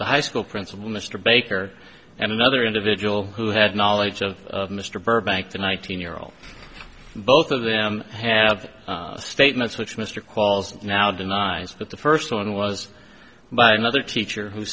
the high school principal mr baker and another individual who had knowledge of mr burbank the nineteen year old both of them have statements which mr qualls now denies but the first one was by another teacher who